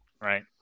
right